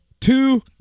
two